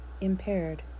Impaired